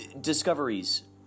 discoveries